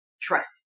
trust